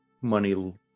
money